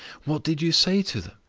what did you say to them?